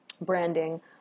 branding